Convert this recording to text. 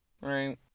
right